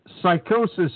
psychosis